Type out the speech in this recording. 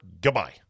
Goodbye